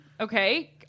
Okay